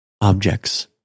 objects